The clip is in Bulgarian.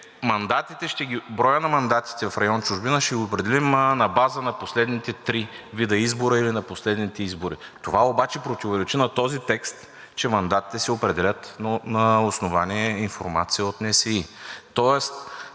броят на мандатите в район „Чужбина“ ще ги определим на база на последните три вида избори или на последните избори. Това противоречи на този текст, че мандатите се определят на основание информация от НСИ, тоест